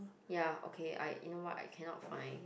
ya okay I you know what I cannot find